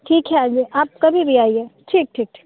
ठीक है आइए आप कभी भी आइए ठीक ठीक ठीक